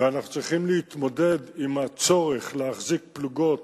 ואנחנו צריכים להתמודד עם הצורך להחזיק פלוגות